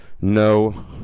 no